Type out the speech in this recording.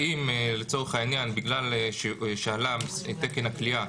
האם לצורך העניין בגלל שעלה תקן הכליאה